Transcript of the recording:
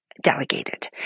delegated